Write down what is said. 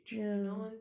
ya